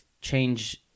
change